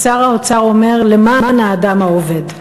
שר האוצר אומר: למען האדם העובד.